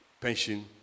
pension